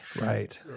Right